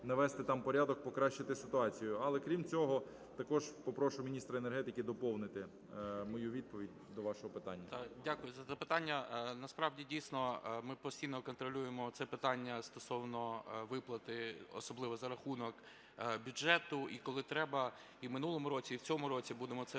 навести там порядок, покращити ситуацію. Але крім цього, також попрошу міністра енергетики доповнити мою відповідь до вашого питання. 11:16:23 ГАЛУЩЕНКО Г.В. Так, дякую за запитання. Насправді, дійсно, ми постійно контролюємо це питання стосовно виплати, особливо за рахунок бюджету, і коли треба, і в минулому році, і в цьому році, будемо це